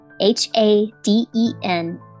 H-A-D-E-N